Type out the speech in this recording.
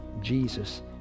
Jesus